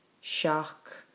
shock